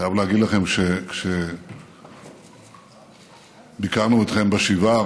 אני חייב להגיד לכם שכשביקרנו אתכם בשבעה,